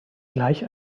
gleich